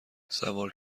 سوار